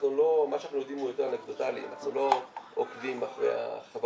מה שאנחנו יודעים הוא יותר --- אנחנו לא עוקבים אחרי החברות